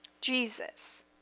Jesus